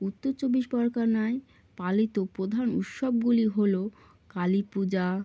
উত্তর চব্বিশ পরগনায় পালিত প্রধান উৎসবগুলি হল কালী পূজা